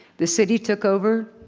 the city took over,